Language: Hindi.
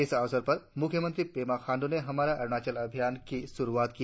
इस अवसर पर मुख्यमंत्री पेमा खांडू ने हमारा अरुणाचल अभियान की शुरुआत की